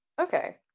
Okay